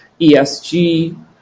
ESG